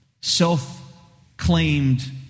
self-claimed